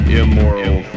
immoral